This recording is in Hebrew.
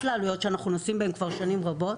לעלויות שאנחנו נושאים בהן כבר שנים רבות.